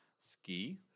Ski